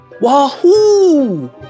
Wahoo